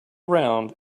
round